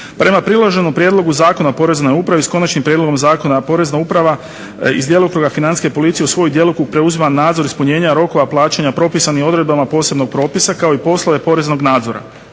Prema priloženom prijedlogu Zakona o Poreznoj upravi s konačnim prijedlogom zakona Porezna uprava iz djelokruga Financijske policije u svoj djelokrug preuzima nadzor ispunjenja rokova plaćanja propisanih odredbama posebnog propisa kao i poslove poreznog nadzora.